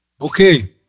Okay